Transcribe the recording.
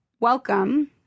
Welcome